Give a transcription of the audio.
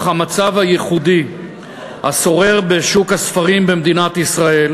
המצב הייחודי השורר בשוק הספרים במדינת ישראל,